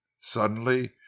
Suddenly